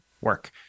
work